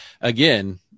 again